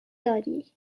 داری